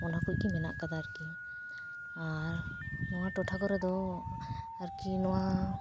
ᱚᱱᱟ ᱠᱚᱜᱮ ᱢᱮᱱᱟᱜ ᱠᱟᱫᱟ ᱟᱨᱠᱤ ᱟᱨ ᱱᱚᱣᱟ ᱴᱚᱴᱷᱟ ᱠᱚᱨᱮ ᱫᱚ ᱟᱨ ᱠᱤ ᱱᱚᱣᱟ